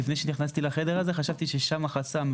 לפני שנכנסתי לחדר הזה חשבתי ששם החסם,